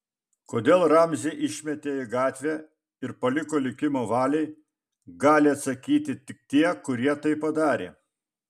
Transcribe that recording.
kodėl ramzį išmetė į gatvę ir paliko likimo valiai gali atsakyti tik tie kurie tai padarė